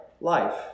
life